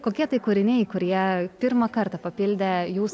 kokie tai kūriniai kurie pirmą kartą papildė jūs